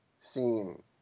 seen